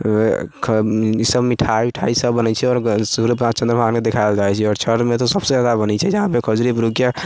ई सब मिठाई उठाई सब बनै छै आओर सूर्य चन्द्रमाके देखायल जाइ छै छठमे तऽ सबसँ जादा बनै छै जहाँपर खजूरी पिरुकिया